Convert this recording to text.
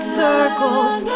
circles